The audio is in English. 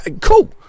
cool